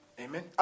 Amen